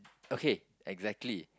okay exactly